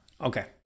Okay